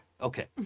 Okay